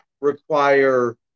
require